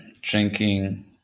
drinking